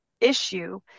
issue